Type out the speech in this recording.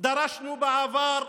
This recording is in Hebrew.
דרשנו בעבר,